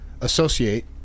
associate